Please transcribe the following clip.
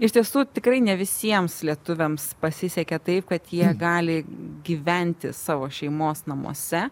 iš tiesų tikrai ne visiems lietuviams pasisekė taip kad jie gali gyventi savo šeimos namuose